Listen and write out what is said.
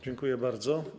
Dziękuję bardzo.